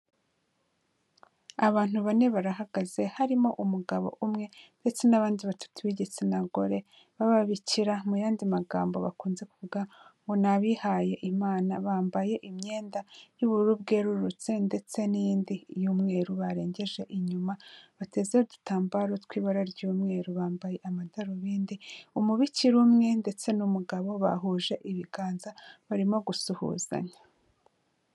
Abantu bane barahagaze, harimo umugabo umwe ndetse n'abandi batatu b'igitsina gore b'ababikira mu yandi magambo bakunze kuvuga ngo ni abihayimana, bambaye imyenda y'ubururu bwerurutse ndetse n'iyindi y'umweru barengeje inyuma, bateze udutambaro tw'ibara ry'umweru, bambaye amadarubindi, umubikira umwe ndetse n'umugabo bahuje ibiganza barimo gusuhuzanya.